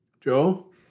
Joe